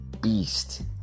beast